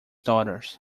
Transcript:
daughters